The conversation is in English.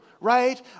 right